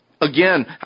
Again